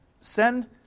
send